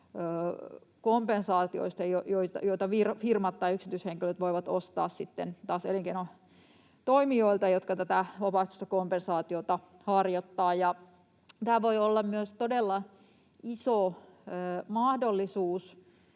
ilmastopäästökompensaatioista, joita firmat tai yksityishenkilöt voivat ostaa sitten taas elinkeinotoimijoilta, jotka tätä vapaaehtoista kompensaatiota harjoittavat. Ja tämä voi olla myös todella iso mahdollisuus